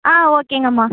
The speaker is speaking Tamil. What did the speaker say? ஆ ஓகேங்கம்மா